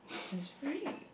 and it's free